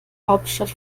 hauptstadt